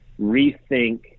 rethink